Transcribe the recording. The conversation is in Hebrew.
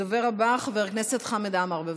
הדובר הבא, חבר הכנסת חמד עמאר, בבקשה.